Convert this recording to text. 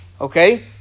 Okay